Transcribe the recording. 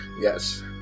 Yes